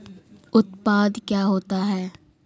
उत्पाद क्या होता है?